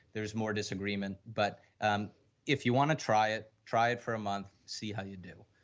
there is more disagreement. but, um if you want to try it, try it for a month, see how you do.